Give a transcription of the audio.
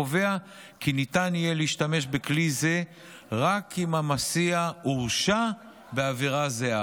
הקובע כי ניתן יהיה להשתמש בכלי זה רק אם המסיע הורשע בעבירה זהה.